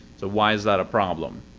so why is that a problem?